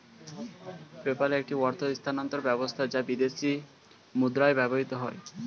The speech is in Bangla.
পেপ্যাল একটি অর্থ স্থানান্তর ব্যবস্থা যা বিদেশী মুদ্রায় ব্যবহৃত হয়